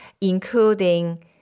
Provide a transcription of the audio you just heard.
including